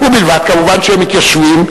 ובלבד כמובן שהם מתיישבים,